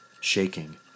shaking